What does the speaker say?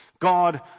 God